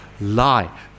lie